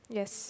yes